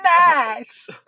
Max